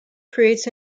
creates